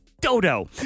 Dodo